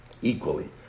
equally